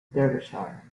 derbyshire